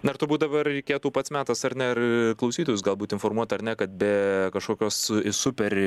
na turbūt dabar reikėtų pats metas ar ne ir klausytojus galbūt informuoti ar ne kad be kažkokios super